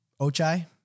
Ochai